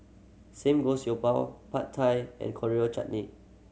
Samgeyopsal Pad Thai and Coriander Chutney